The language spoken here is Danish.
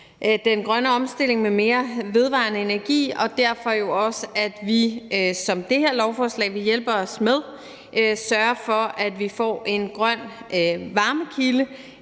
den grønne omstilling med mere vedvarende energi, og derfor jo også, at vi, hvad det her lovforslag vil hjælpe os med, sørger for, at vi får en grøn varmekilde